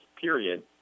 period